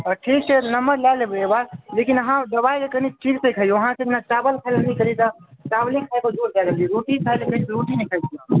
ठीक छै नम्बर लए लेबय एहिबेर लेकिन अहाँ दबाइ कनि ठीकसँ खइऔ अहाँकेँ हम चावल खाइलऽ नहि कहलहुँ तऽ चावले खाइ पर जोर दए देलिए रोटी खाइलऽ कहलहुँ रोटी नहि खाइत छी अहाँ